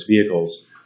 vehicles